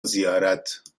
زیارت